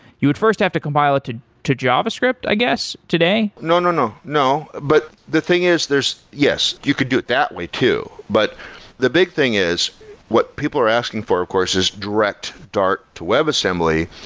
you would first have to compile it to to javascript, i guess, today? no. no. no. no. but the thing is there's yes. you could do it that way too, but the big thing is what people are asking for, of course, is direct dart to web assembly,